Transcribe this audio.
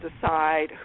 decide